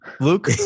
luke